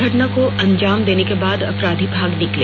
घटना को अंजाम देने के बाद अपराधी भाग निकले